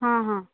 हां हां